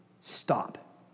stop